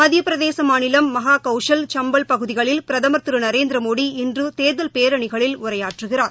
மத்தியபிரதேசமாநிலம் மகாகௌஷல் சம்பல் பகுதிகளில் பிரதமர் திருநரேந்திரமோடி இன்றுதேர்தல் பேரணிகளில் உரையாற்றுகிறார்